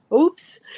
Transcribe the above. Oops